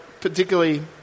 particularly